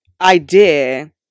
idea